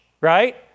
right